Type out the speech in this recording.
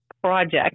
project